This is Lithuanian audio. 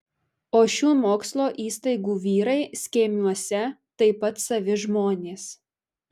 o šių mokslo įstaigų vyrai skėmiuose taip pat savi žmonės